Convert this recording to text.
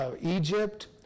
Egypt